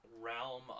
realm